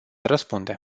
răspunde